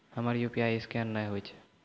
हमर UPI scan नेय हो या?